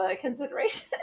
consideration